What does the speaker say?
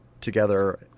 together